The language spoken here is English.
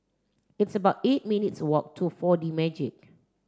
it's about eight minutes walk to four D Magix